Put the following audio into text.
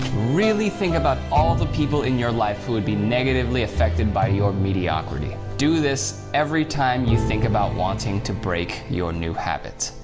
really think about all the people in your life who would be negatively affected by your mediocrity. do this every time you think about wanting to break your new habit.